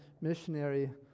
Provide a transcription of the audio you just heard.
missionary